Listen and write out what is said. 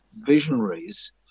visionaries